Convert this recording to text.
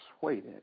persuaded